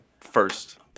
first